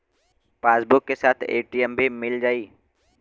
Passbook के साथ ATM भी मील जाई?